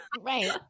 Right